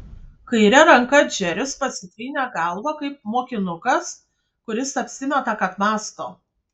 kaire ranka džeris pasitrynė galvą kaip mokinukas kuris apsimeta kad mąsto